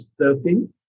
surfing